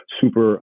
super